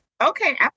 Okay